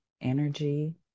energy